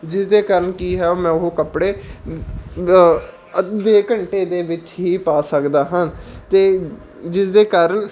ਜਿਸਦੇ ਕਾਰਨ ਕੀ ਹੈ ਮੈਂ ਉਹ ਕੱਪੜੇ ਅੱਧੇ ਘੰਟੇ ਦੇ ਵਿੱਚ ਹੀ ਪਾ ਸਕਦਾ ਹਾਂ ਅਤੇ ਜਿਸਦੇ ਕਾਰਨ